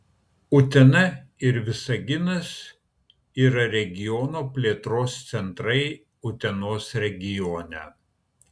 utena ir visaginas yra regiono plėtros centrai utenos regione